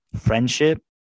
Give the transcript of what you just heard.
friendship